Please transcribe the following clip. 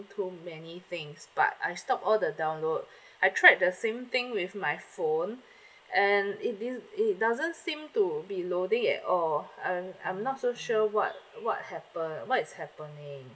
too many things but I stop all the download I tried the same thing with my phone and it did~ it doesn't seem to be loading at all I'm I'm not so sure what what happened what is happening